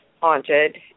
haunted